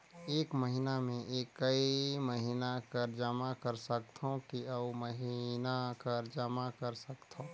एक महीना मे एकई महीना कर जमा कर सकथव कि अउ महीना कर जमा कर सकथव?